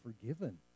forgiven